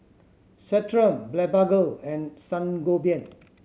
Centrum Blephagel and Sangobion